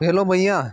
hello भैया